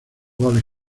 goles